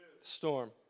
storm